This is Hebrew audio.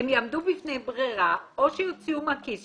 הן יעמדו בפני ברירה או שיוציאו מהכיס